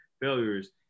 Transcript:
failures